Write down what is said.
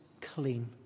clean